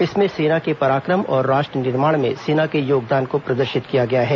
इसमें सेना के पराक्रम और राष्ट्र निर्माण में सेना के योगदान को प्रदर्शित किया गया है